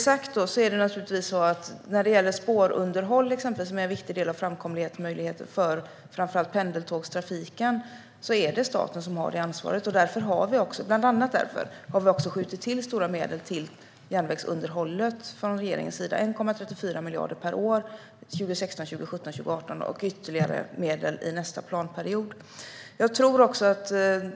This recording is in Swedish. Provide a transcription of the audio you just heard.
Spårunderhåll är en viktig del av framkomligheten för framför allt pendeltågstrafiken. Där har staten ansvaret. Bland annat därför har regeringen skjutit till stora medel till järnvägsunderhållet - 1,34 miljarder per år 2016, 2017 och 2018 samt ytterligare medel i nästa planperiod.